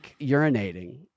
urinating